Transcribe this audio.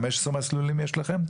15 מסלולים יש לכם?